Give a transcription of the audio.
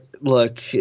look